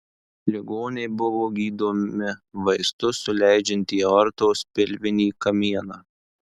ligoniai buvo gydomi vaistus suleidžiant į aortos pilvinį kamieną